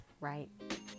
right